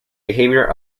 behaviour